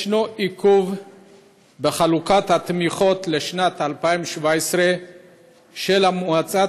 יש עיכוב בחלוקת התמיכות לשנת 2017 של מועצת